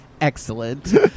Excellent